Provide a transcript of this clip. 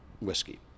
whiskey